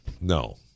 No